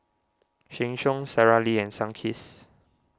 Sheng Siong Sara Lee and Sunkist